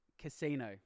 Casino